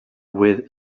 with